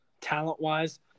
talent-wise